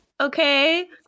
okay